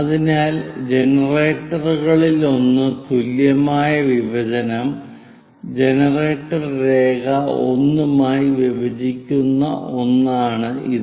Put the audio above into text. അതിനാൽ ജനറേറ്ററുകളിലൊന്ന് തുല്യമായ വിഭജനം ജനറേറ്റർ രേഖ 1 മായി വിഭജിക്കുന്ന ഒന്നാണ് ഇത്